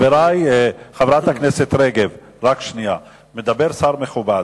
חברת הכנסת רגב, מדבר שר מכובד,